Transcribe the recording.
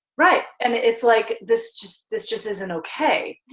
right. and it's like, this just this just isn't okay.